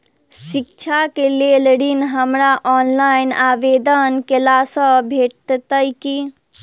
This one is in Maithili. शिक्षा केँ लेल ऋण, हमरा ऑफलाइन आवेदन कैला सँ भेटतय की?